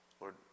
Lord